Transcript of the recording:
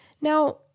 Now